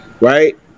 Right